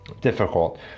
difficult